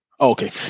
okay